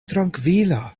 trankvila